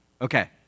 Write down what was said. Okay